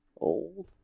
Old